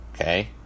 Okay